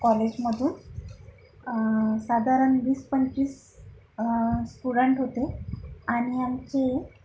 कॉलेजमधून साधारण वीस पंचवीस स्टुडंट होते आणि आमची